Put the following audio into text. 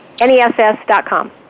N-E-S-S.com